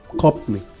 Company